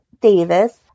Davis